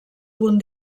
punt